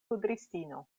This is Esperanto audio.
kudristino